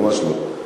ממש לא.